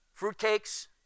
fruitcakes